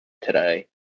today